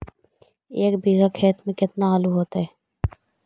एक बिघा खेत में केतना आलू होतई?